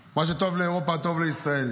"מה שטוב לאירופה טוב לישראל".